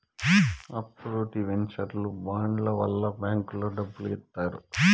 అప్పులు డివెంచర్లు బాండ్ల వల్ల బ్యాంకులో డబ్బులు ఇత్తారు